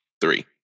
three